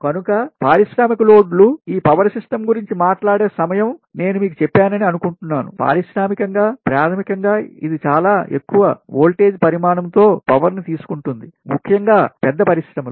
కనుకపారిశ్రామిక లోడ్లు ఈ power system గురించి మాట్లాడే సమయం నేను మీకు చెప్పానని అనుకుంటున్నాను పారిశ్రామికంగా ప్రాథమికంగా ఇది చాలా ఎక్కువ వోల్టేజ్ పరిమాణము తో పవర్ ని తీసుకుంటుంది ముఖ్యంగా పెద్ద పరిశ్రమలు